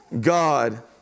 God